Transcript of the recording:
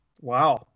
Wow